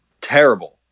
terrible